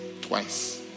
twice